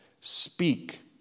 speak